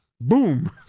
Boom